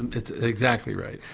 and that's exactly right.